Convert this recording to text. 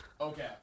Okay